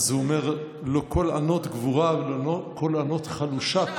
הוא אומר: לא קול ענות גבורה ולא קול ענות חלושה,